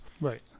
Right